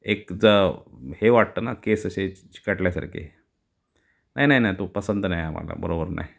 एक जव हे वाटतं ना केस असे चिकटल्यासारखे नाही नाही नाही तो पसंत नाही आम्हाला बरोबर नाही